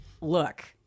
look